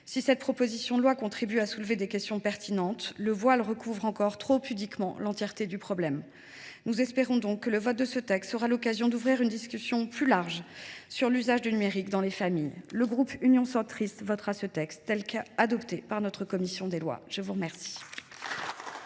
Si cette proposition de loi contribue à soulever des questions pertinentes, un voile trop pudique recouvre encore l’entièreté du problème. Nous espérons donc que l’examen de ce texte sera l’occasion d’ouvrir une discussion plus large sur l’usage du numérique dans les familles. Le groupe Union Centriste votera ce texte, tel que modifié par la commission des lois. La parole